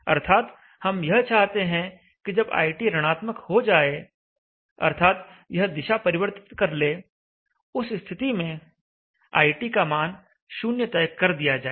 अर्थात हम यह चाहते हैं कि जब iT ऋणात्मक हो जाए अर्थात यह दिशा परिवर्तित कर ले उस स्थिति में iT का मान 0 तय कर दिया जाए